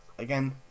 Again